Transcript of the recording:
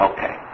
Okay